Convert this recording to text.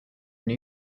new